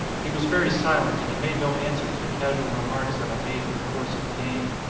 he was very silent and he made no answer to the casual remarks that i made in the course of the game.